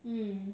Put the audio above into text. mm